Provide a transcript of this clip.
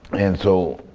and so,